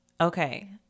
Okay